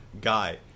guy